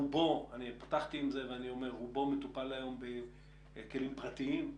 הרוב מטופל בכלים פרטיים,